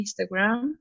instagram